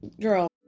Girl